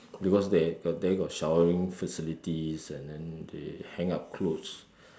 because they got there got showering facilities and then they hang up clothes